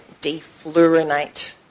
defluorinate